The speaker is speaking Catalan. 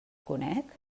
conec